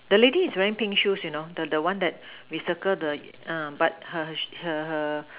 the lady is wearing pink shoes you know the the one that we circle the uh but her her